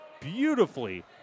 beautifully